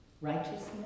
righteousness